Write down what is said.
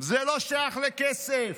זה לא שייך לכסף.